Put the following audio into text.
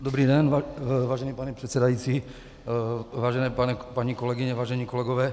Dobrý den, vážený pane předsedající, vážené paní kolegyně, vážení kolegové.